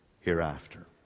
hereafter